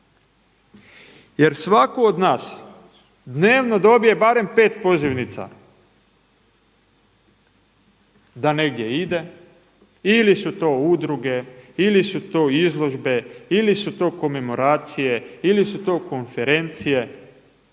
Jer svatko od nas dnevno dobije barem 5 pozivnica da negdje ide ili su to udruge, ili su to izložbe, ili su to komemoracije, ili su to konferencije